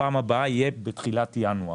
הפעם הבאה תהיה בתחילת ינואר.